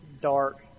dark